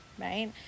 right